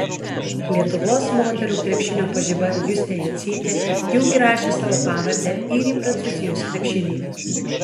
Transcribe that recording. lietuvos moterų krepšinio pažiba justė jocytė jau įrašė savo pavardę ir į prancūzijos krepšinį